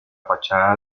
fachada